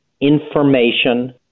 information